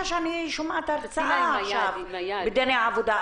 שאני שומעת הרצאה על דיני עבודה עכשיו.